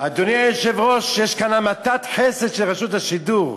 אדוני היושב-ראש, יש כאן המתת חסד של רשות השידור.